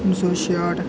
उ'न्नी सौ छाठ